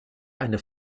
eine